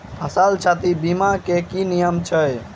फसल क्षति बीमा केँ की नियम छै?